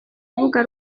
rubuga